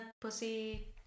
pussy